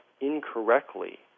incorrectly